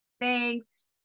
Thanks